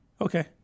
Okay